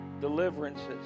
Deliverances